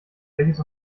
welches